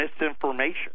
misinformation